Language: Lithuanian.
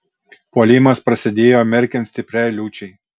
puolimas prasidėjo merkiant stipriai liūčiai